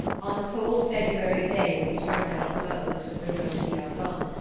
on the cold february day when we turned out of meaux and took the road to the argonne,